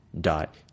dot